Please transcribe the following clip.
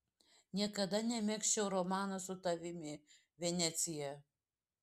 niekada nemegzčiau romano su tavimi venecija